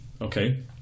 Okay